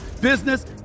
business